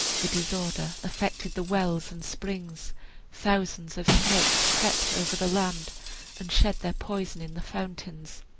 the disorder affected the wells and springs thousands of snakes crept over the land and shed their poison in the fountains.